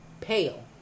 pale